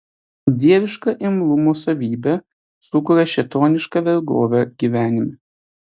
dieviška imlumo savybė sukuria šėtonišką vergovę gyvenime